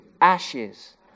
Ashes